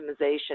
optimization